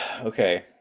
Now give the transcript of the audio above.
okay